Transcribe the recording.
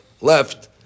left